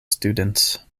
students